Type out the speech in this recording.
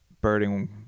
Birding